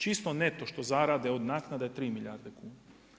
Čisto neto što zarade od naknada je 3 milijarde kuna.